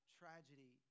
tragedy